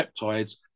peptides